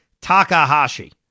Takahashi